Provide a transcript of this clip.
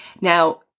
Now